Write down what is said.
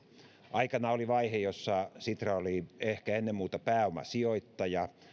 aikanaan oli vaihe jossa sitra oli ehkä ennen muuta pääomasijoittaja